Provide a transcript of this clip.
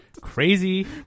crazy